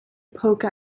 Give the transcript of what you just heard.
poke